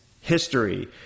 history